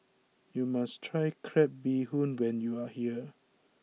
you must try Crab Bee Hoon when you are here